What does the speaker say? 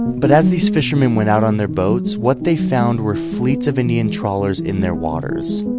but as these fishermen went out on their boats what they found were fleets of indian trawlers in their waters,